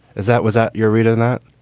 is that was ah your read on that?